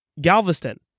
Galveston